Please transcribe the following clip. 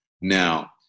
now